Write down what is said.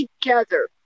together